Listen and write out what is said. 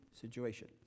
situation